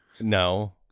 no